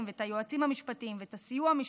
ואת היועצים המשפטיים ואת הסיוע משפטי,